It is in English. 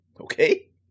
Okay